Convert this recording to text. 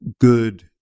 good